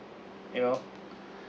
you know